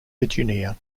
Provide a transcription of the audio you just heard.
virginia